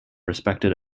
respected